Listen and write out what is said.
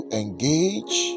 engage